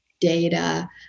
data